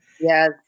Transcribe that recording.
yes